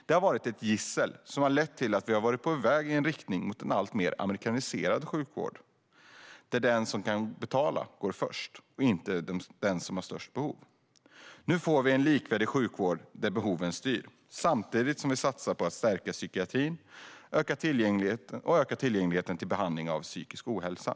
Det har varit ett gissel som har lett till att vi har varit på väg i en riktning mot en alltmer amerikaniserad sjukvård där den som kan betala går först, inte den med störst behov. Nu får vi en likvärdig sjukvård där behoven styr, samtidigt som vi satsar på att stärka psykiatrin och ökar tillgängligheten till behandling av psykisk ohälsa.